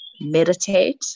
meditate